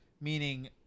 meaning